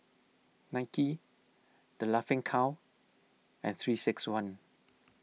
Nike the Laughing Cow and three six one